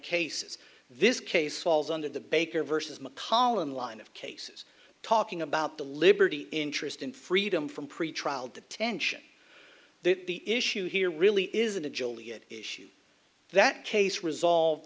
cases this case falls under the baker versus mcallen line of cases talking about the liberty interest in freedom from pretrial detention that the issue here really isn't a joliet issue that case resolved